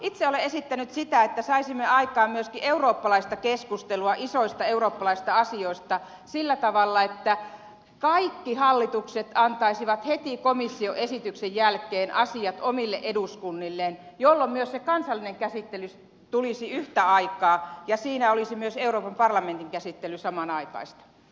itse olen esittänyt sitä että saisimme aikaan myöskin eurooppalaista keskustelua isoista eurooppalaisista asioista sillä tavalla että kaikki hallitukset antaisivat heti komission esityksen jälkeen asiat omille eduskunnilleen jolloin myös se kansallinen käsittely tulisi yhtä aikaa ja siinä olisi myös euroopan parlamentin käsittely samanaikaisesti